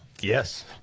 yes